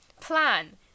plan